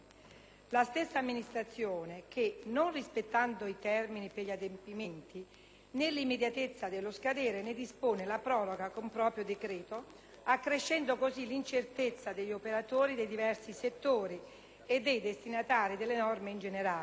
La stessa amministrazione che, non rispettando i termini per gli adempimenti, nell'immediatezza dello scadere ne dispone la proroga con proprio decreto, accrescendo così l'incertezza degli operatori dei diversi settori e dei destinatari delle norme in generale